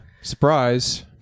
Surprise